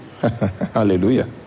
Hallelujah